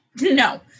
No